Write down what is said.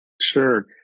Sure